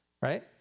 right